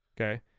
Okay